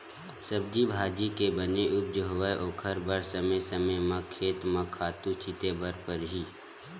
सब्जी भाजी के बने उपज होवय ओखर बर समे समे म खेत म खातू छिते बर परही